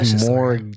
more